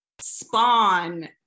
spawn